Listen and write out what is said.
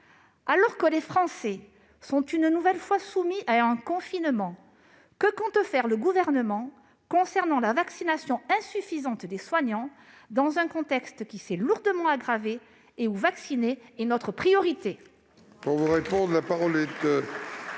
Alors que les Français sont une nouvelle fois soumis à un confinement, que compte faire le Gouvernement concernant la vaccination insuffisante des soignants, dans un contexte qui s'est lourdement aggravé et où vacciner est notre priorité ?